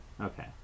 Okay